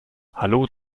hallo